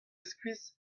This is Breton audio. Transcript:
skuizh